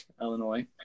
Illinois